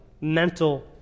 mental